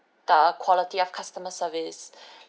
the quality of customer service